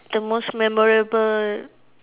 the most memorable